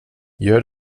gör